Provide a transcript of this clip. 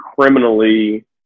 criminally